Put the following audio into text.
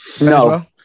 No